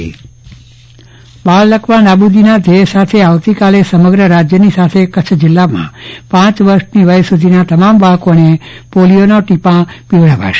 Chandravadan Patni polio રસોકરણ બાળલકવા નાબુદીના ધ્યેય સાથે આવતીકાલે સમગ્ર રાજયની સાથે કચ્છ જિલ્લામાં પાંચ વર્ષની વય સધીના તમામ બાળકોને પોલીયોના ટીપા પીવડાવવામાં આવશે